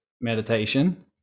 meditation